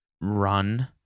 run